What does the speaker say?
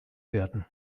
werden